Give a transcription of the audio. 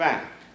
Fact